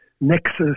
nexus